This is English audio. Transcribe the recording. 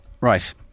Right